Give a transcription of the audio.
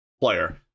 player